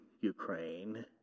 ukraine